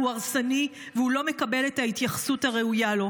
הוא הרסני והוא לא מקבל את ההתייחסות הראויה לו.